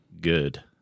good